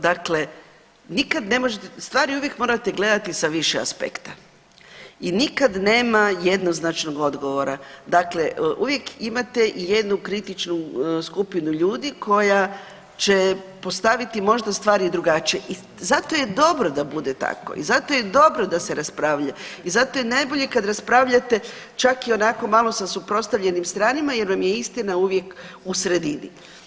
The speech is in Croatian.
Dakle, nikad ne možete, stvari uvijek morate gledati sa više aspekta i nikad nema jednoznačnog odgovora, dakle uvijek imate jednu kritičnu skupinu ljudi koja će postaviti možda stvari drugačije i zato je dobro da bude tako i zato je dobro da se raspravlja i zato je najbolje kad raspravljate čak i onako malo sa suprotstavljenim stranama jer vam je istina uvijek u sredini.